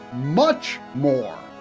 much more.